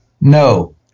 No